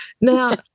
Now